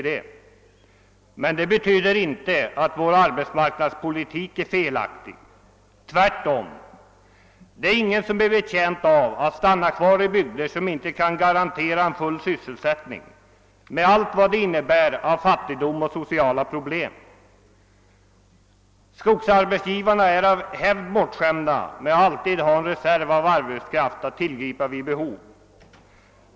Det betyder emellertid inte att vår arbetsmarknadspolitik är felaktig, tvärtom. Det är ingen som är betjänt av att stanna kvar i bygder, där en full sysselsättning inte kan garanteras, med allt vad detta innebär av fattigdom och sociala problem. Skogsarbetsgivarna är av hävd bortskämda med att alltid ha en reserv av arbetskraft att tillgripa vid behov.